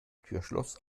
türschloss